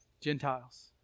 Gentiles